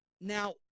Now